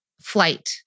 flight